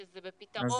שזה בפתרון.